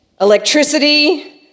electricity